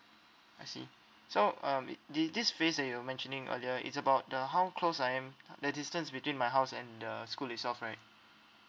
I see so um it thi~ this phase that you were mentioning earlier it's about the how close I am the distance between my house and the school itself right